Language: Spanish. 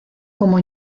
como